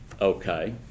Okay